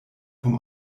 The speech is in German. vom